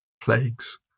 plagues